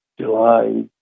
July